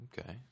Okay